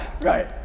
Right